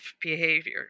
behavior